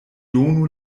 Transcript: donu